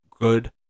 good